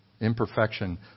Imperfection